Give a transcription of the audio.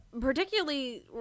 particularly